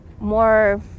more